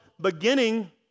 beginning